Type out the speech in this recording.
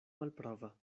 malprava